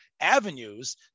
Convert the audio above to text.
avenues